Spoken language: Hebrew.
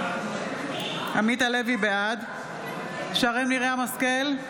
בעד שרן מרים השכל,